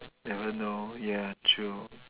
never know ya true